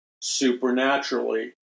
supernaturally